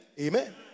Amen